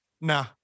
nah